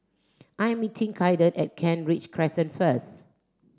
I'm meeting Kaiden at Kent Ridge Crescent first